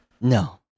no